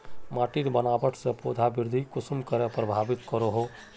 माटिर बनावट से पौधा वृद्धि कुसम करे प्रभावित करो हो?